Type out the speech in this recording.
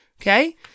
Okay